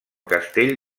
castell